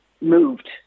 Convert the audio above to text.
moved